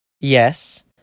Yes